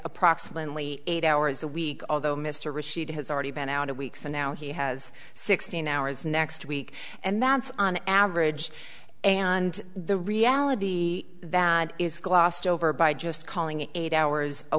approximately eight hours a week although mr rashid has already been out a week so now he has sixteen hours next week and that's on average and the reality that is glossed over by just calling it eight hours a